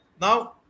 Now